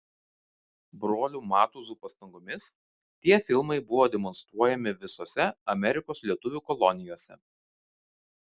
brolių matuzų pastangomis tie filmai buvo demonstruojami visose amerikos lietuvių kolonijose